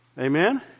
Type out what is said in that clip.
Amen